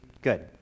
Good